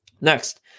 Next